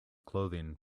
clothing